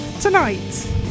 tonight